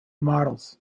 models